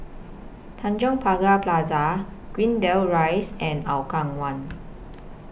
Tanjong Pagar Plaza Greendale Rise and Hougang one